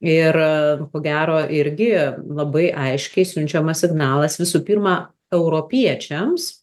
ir ko gero irgi labai aiškiai siunčiamas signalas visų pirma europiečiams